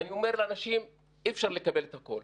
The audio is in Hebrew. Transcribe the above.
ואני אומר לאנשים שאי-אפשר לקבל את הכול.